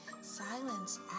silence